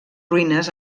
ruïnes